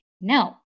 No